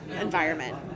environment